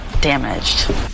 damaged